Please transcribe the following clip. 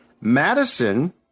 Madison